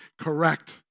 correct